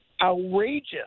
outrageous